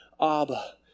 Abba